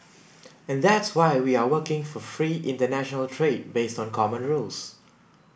and that's why we are working for free international trade based on common rules